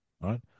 right